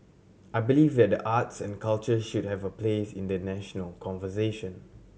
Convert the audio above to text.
I believe that the arts and culture should have a place in the national conversation